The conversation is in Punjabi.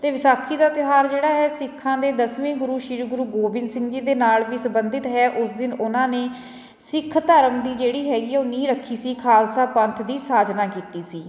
ਅਤੇ ਵਿਸਾਖੀ ਦਾ ਤਿਉਹਾਰ ਜਿਹੜਾ ਹੈ ਸਿੱਖਾਂ ਦੇ ਦਸਵੇਂ ਗੁਰੂ ਸ਼੍ਰੀ ਗੁਰੂ ਗੋਬਿੰਦ ਸਿੰਘ ਜੀ ਦੇ ਨਾਲ ਵੀ ਸੰਬੰਧਿਤ ਹੈ ਉਸ ਦਿਨ ਉਹਨਾਂ ਨੇ ਸਿੱਖ ਧਰਮ ਦੀ ਜਿਹੜੀ ਹੈਗੀ ਉਹ ਨੀਂਹ ਰੱਖੀ ਸੀ ਖਾਲਸਾ ਪੰਥ ਦੀ ਸਾਜਨਾ ਕੀਤੀ ਸੀ